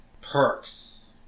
perks